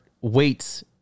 weights